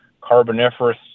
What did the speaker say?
carboniferous